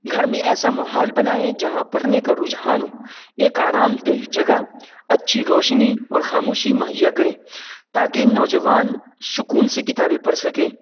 گھر میں ایسا ماحول بنائیں جہاں پرھنے کا رجحان ہو ایک آرامدہ جگہ اچھی روشنی اور خاموشی مہیا کریں تاکہ نوجوان سکون سے کتابیں پرھ سکیں